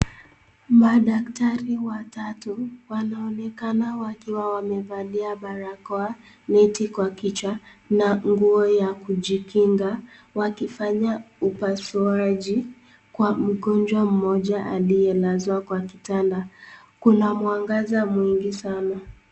Madaktari watatu wanaonekana wakiwa wamevalia barakoa, neti kwa kichwa na nguo ya kujikinga wakifanya upasuaji, kwa mgonjwa mmoja aliye lazwa kwa kitanda, kuna mwangaza mwingi Sana.